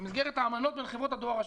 זאת במסגרת האמנות בין חברות הדואר השונות.